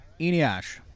Eniash